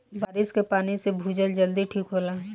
बारिस के पानी से भूजल जल्दी ठीक होला